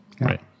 Right